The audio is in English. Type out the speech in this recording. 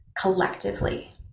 collectively